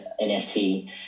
nft